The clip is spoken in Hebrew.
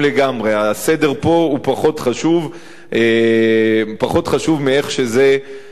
הסדר פה הוא פחות חשוב מאיך שזה נאמר.